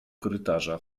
korytarza